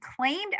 claimed